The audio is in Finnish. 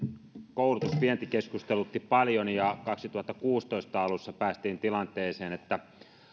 koulutusvienti keskustelutti paljon ja vuoden kaksituhattakuusitoista alussa päästiin tilanteeseen että